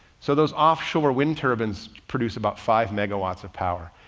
so those offshore wind turbines produce about five megawatts of power.